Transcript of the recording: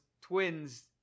twins